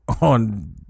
on